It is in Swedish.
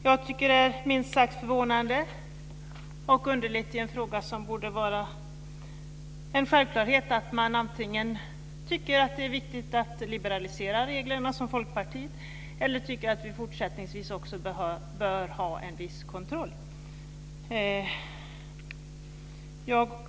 Jag tycker att det är minst sagt förvånande och underligt i en fråga där det borde vara en självklarhet att man, som Folkpartiet, antingen tycker att det är viktigt att liberalisera reglerna eller att man tycker att vi också fortsättningsvis bör ha en viss kontroll.